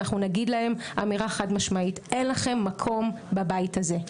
אנחנו נגיד להם אמירה חד-משמעית אין לכם מקום בבית הזה.